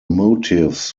motives